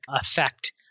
effect